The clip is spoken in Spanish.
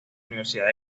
universidad